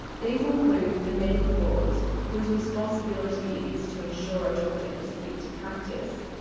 these include the medical boards whose responsibility it is to ensure a doctor is fit to practice,